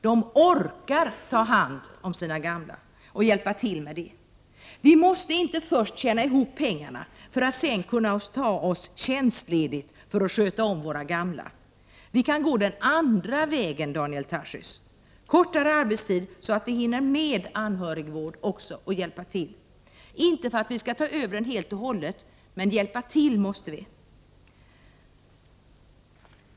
De kommer att orka ta hand om sina gamla och hjälpa dem. Vi måste inte först tjäna ihop pengarna för att sedan behöva ta tjänstledigt för att sköta om våra gamla. Vi kan gå den andra vägen, Daniel Tarschys, dvs. kortare arbetstid så att vi hinner med anhörigvård. Vi skall inte ta över helt och hållet, men vi måste hjälpa till.